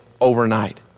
overnight